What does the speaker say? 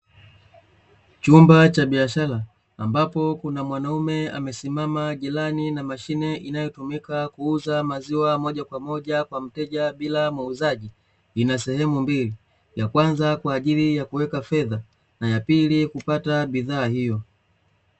Chumba cha biashara, ambapo kuna mwanaume amesimama jirani na mashine inayotumika kuuza maziwa moja kwa moja kwa mteja bila muuzaji. Ina sehemu mbili, ya kwanza kwa ajili ya kuweka fedha, na ya pili kupata bidhaa hiyo.